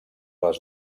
les